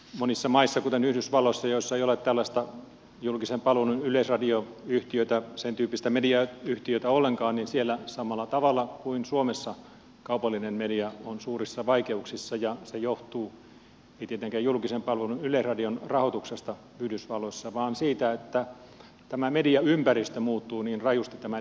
monissa maissa kuten yhdysvalloissa joissa ei ole tällaista julkisen palvelun yleisradioyhtiötä sen tyyppistä mediayhtiötä ollenkaan on samalla tavalla kuin suomessa kaupallinen media suurissa vaikeuksissa ja se ei johdu tietenkään julkisen palvelun yleisradion rahoituksesta yhdysvalloissa vaan siitä että tämä mediaympäristö muuttuu niin rajusti tämän digitalisoitumisen myötä